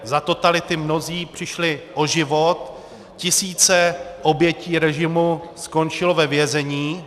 Za totality mnozí přišli o život, tisíce obětí režimu skončily ve vězení.